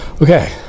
Okay